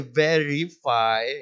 verify